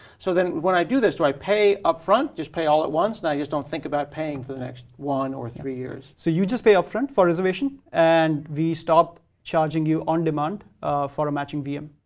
so then, when i do this, do i pay upfront, just pay all at once? now you just don't think about paying for the next one or three years. so you just pay upfront for reservation and we stop charging you on demand for a matching vm.